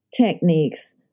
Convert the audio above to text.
techniques